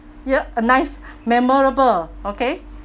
yup a nice memorable okay